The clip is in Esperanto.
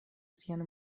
sian